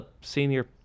senior